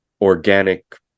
organic